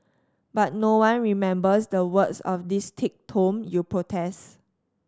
but no one remembers the words of this thick tome you protest